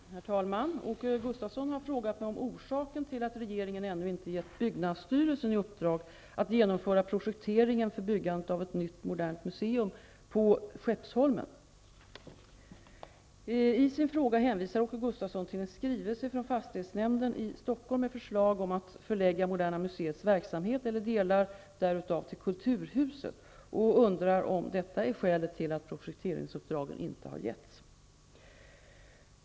Herr talman! Åke Gustavsson har frågat mig om orsaken till att regeringen ännu inte givit byggnadsstyrelsen i uppdrag att genomföra projekteringen för byggandet av ett nytt modernt museum på Skeppsholmen. I sin fråga hänvisar Åke Gustavsson till en skrivelse från fastighetsnämnden i Stockholm med förslag om att Moderna museets verksamhet eller delar därav förläggs till Kulturhuset, och han undrar om detta är skälet till att projekteringsuppdrag inte har givits.